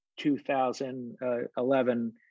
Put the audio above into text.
2011